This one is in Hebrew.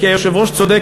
כי היושב-ראש צודק.